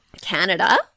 canada